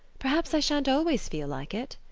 perhaps i shan't always feel like it.